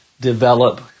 develop